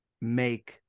make